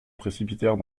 précipitèrent